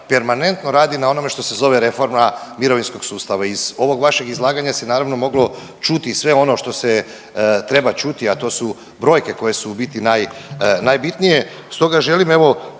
permanentno radi na onome što se zove reforma mirovinskog sustava i iz ovog vašeg izlaganja se naravno moglo čuti sve ono što se treba čuti, a to su brojke koje su u biti naj, najbitnije. Stoga želim evo